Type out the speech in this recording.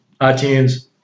iTunes